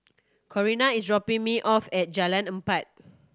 Corinna is dropping me off at Jalan Empat